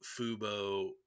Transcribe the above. fubo